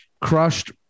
crushed